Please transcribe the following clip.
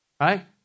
right